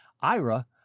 Ira